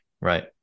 Right